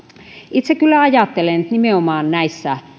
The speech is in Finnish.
itse kyllä ajattelen että nimenomaan näissä